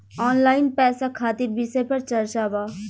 Online पैसा खातिर विषय पर चर्चा वा?